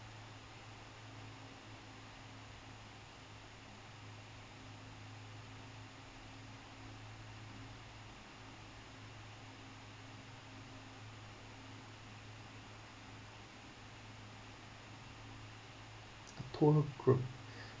tour group